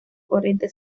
corriente